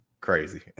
crazy